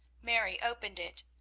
mary opened it.